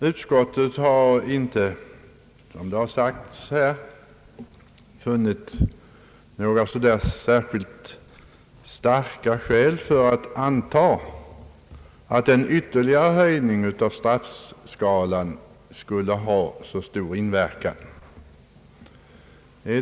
Utskottet har inte funnit några särskilt starka skäl för att anta att en ytterligare höjning av straffskalan skulle få avsedd inverkan.